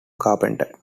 carpenter